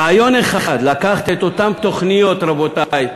רעיון אחד: לקחת את אותן תוכניות, רבותי,